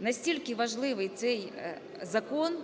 Настільки важливий цей закон,